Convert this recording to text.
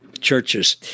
churches